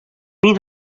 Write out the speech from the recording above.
myn